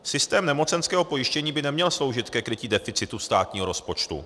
Systém nemocenského pojištění by neměl sloužit ke krytí deficitu státního rozpočtu.